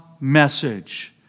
message